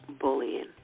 Bullying